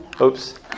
Oops